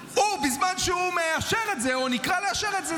בזמן שהוא מאשר את זה או נקרא לאשר את זה,